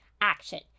action